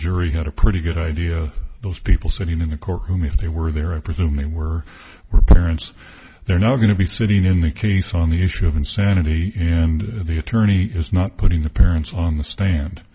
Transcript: jury had a pretty good idea those people sitting in the courtroom if they were there i presume they were parents they're not going to be sitting in the case on the issue of insanity and the attorney is not putting the parents on the stand